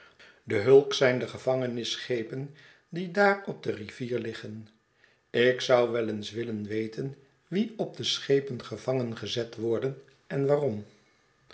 de hulks zijn de gevangenis schepen die daar op de rivier liggen ik zou wel eens willen weten wie op de schepen gevangen gezet worden en waarom